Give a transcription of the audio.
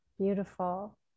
Beautiful